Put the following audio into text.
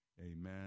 Amen